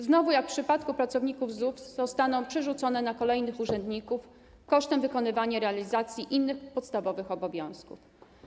Znowu, jak w przypadku pracowników ZUS, zostaną one przerzucone na kolejnych urzędników kosztem wykonywania i realizacji innych podstawowych obowiązków?